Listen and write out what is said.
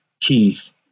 keith